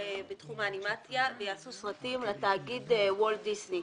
בתחום האנימציה ויעשו סרטים לתאגיד וולט דיסני.